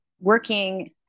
working